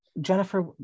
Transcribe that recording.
jennifer